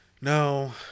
No